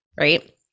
right